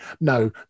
No